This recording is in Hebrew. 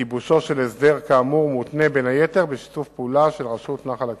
גיבושו של הסדר כאמור מותנה בין היתר בשיתוף פעולה של רשות נחל הקישון.